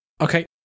Okay